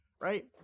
Right